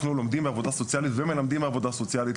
אנחנו לומדים עבודה סוציאלית ומלמדים עבודה סוציאלית,